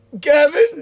Kevin